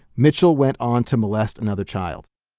mitchell went on to molest another child.